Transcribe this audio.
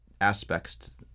aspects